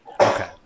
Okay